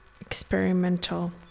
experimental